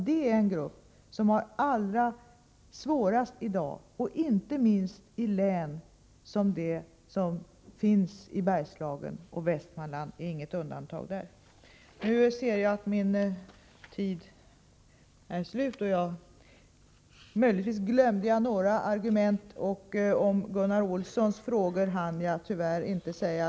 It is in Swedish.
Det är den grupp som har det allra svårast i dag, inte minst i Bergslagslänen —- Västmanland är inget undantag. Jag ser att min taletid är slut. Möjligtvis glömde jag några argument, och Gunnar Olssons frågor hann jag tyvärr inte kommentera.